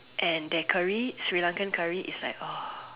and their curry that Sri Lankan curry is like !wah!